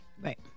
Right